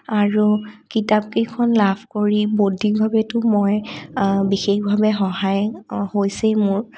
আৰু কিতাপকেইখন লাভ কৰি বৌদ্ধিকভাৱেতো মই বিশেষভাৱে সহায় হৈছেই মোৰ